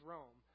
Rome